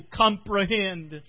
comprehend